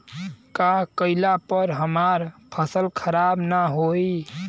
का कइला पर हमार फसल खराब ना होयी?